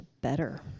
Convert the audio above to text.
better